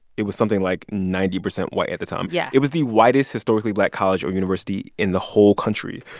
it was something like ninety percent white at the time yeah it was the whitest historically black college or university in the whole country.